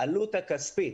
העלות הכספית,